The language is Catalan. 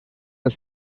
del